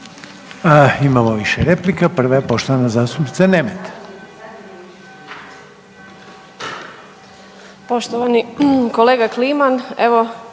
Imamo više replika. Prva je poštovane zastupnice Nemet.